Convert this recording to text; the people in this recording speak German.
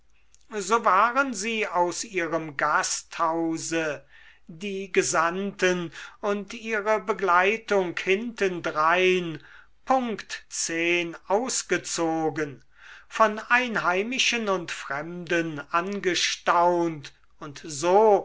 so waren sie aus ihrem gasthause die gesandten und ihre begleitung hintendrein punkt zehn ausgezogen von einheimischen und fremden angestaunt und so